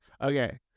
Okay